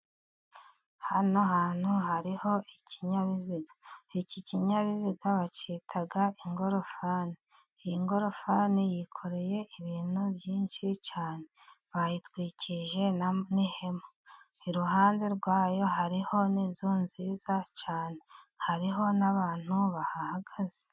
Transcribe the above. Hano hantu hariho ikinyabiziga, iki kinyabiziga bacyita ingofani ,iyi ngofani yikoreye ibintu byinshi cyane, bayitwikije n'ihema, iruhande rwayo hariho n'inzu nziza cyane, hariho n'abantu bahahagaze.